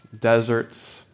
deserts